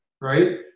right